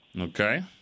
Okay